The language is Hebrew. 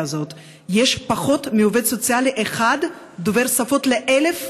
הזאת יש פחות מעובד סוציאלי אחד דובר שפות ל-1,000,